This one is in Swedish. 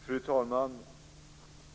Fru talman!